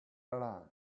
alone